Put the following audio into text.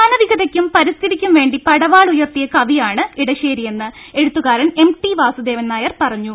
മാനവികതക്കും പരിസ്ഥിതിക്കും വേണ്ടി പടവാൾ ഉയർത്തിയ കവിയാണ് ഇടശ്ശേരിയെന്ന് എഴുത്തുകാരൻ എം ടി വാസുദേവൻ നായർ പറഞ്ഞു